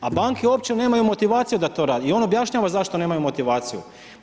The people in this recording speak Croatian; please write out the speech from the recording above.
A banke uopće nemaju motivaciju da to rade i on objašnjava zašto nemaju motivaciju.